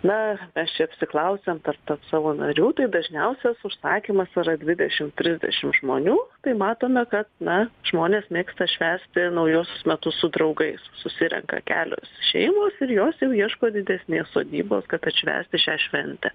na mes čia apsiklausėm tarp savo narių tai dažniausias užsakymas yra dvidešim trisdešim žmonių tai matome kad na žmonės mėgsta švęsti naujuosius metus su draugais susirenka kelios šeimos ir jos jau ieško didesnės sodybos kad atšvęsti šią šventę